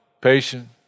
patient